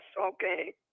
okay